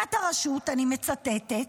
מבדיקת הרשות, אני מצטטת,